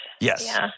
Yes